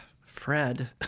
fred